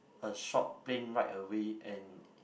a short plane ride away and